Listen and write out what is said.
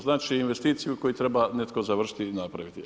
Znači investiciju koju treba netko završiti i napraviti.